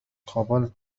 قابلت